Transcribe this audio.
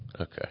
Okay